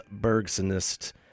bergsonist